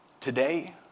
today